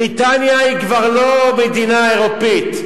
בריטניה היא כבר לא מדינה אירופית.